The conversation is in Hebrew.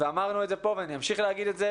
ואמרנו את זה כאן ואני אמשיך לומר אתך זה